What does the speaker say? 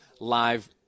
Live